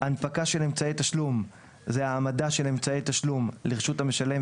"הנפקה של אמצעי תשלום" היא העמדה של אמצעי תשלום לרשות המשלם,